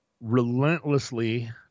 relentlessly